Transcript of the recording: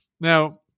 Now